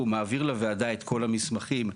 הוא מעביר לוועדה את כל המסמכים,